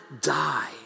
die